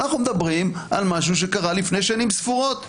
אנחנו מדברים על משהו שקרה לפני שנים ספורות.